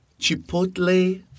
Chipotle